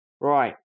Right